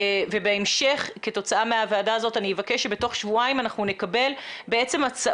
ובהמשך לוועדה הזאת אני אבקש שבתוך שבועיים אנחנו נקבל הצעות